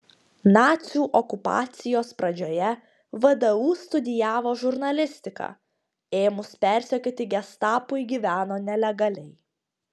nacių okupacijos pradžioje vdu studijavo žurnalistiką ėmus persekioti gestapui gyveno nelegaliai